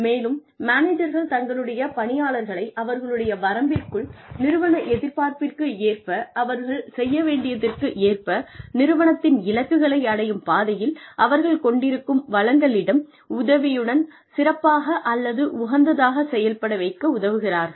மேலும் மேனேஜர்கள் தங்களுடைய பணியாளர்களை அவர்களுடைய வரம்பிற்குள் நிறுவன எதிர்பார்ப்பிற்கு ஏற்ப அவர்கள் செய்ய வேண்டியதிற்கு ஏற்ப நிறுவனத்தின் இலக்குகளை அடையும் பாதையில் அவர்கள் கொண்டிருக்கும் வளங்களிடம் உதவியுடன் சிறப்பாக அல்லது உகந்ததாகச் செயல்பட வைக்க உதவுகிறார்கள்